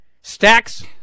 Stacks